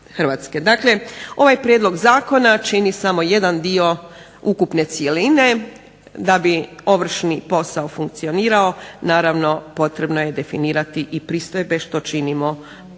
Dakle, ovaj prijedlog zakona čini samo jedan dio ukupne cjeline, da bi ovršni posao funkcionirao naravno potrebno je definirati i pristojbe što činimo po